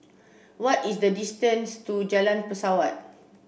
what is the distance to Jalan Pesawat